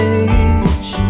age